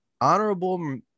Honorable